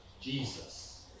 Jesus